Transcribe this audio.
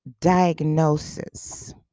diagnosis